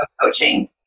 coaching